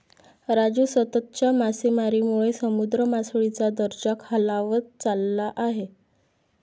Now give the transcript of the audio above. राजू, सततच्या मासेमारीमुळे समुद्र मासळीचा दर्जा खालावत चालला आहे